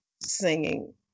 singing